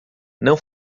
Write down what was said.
não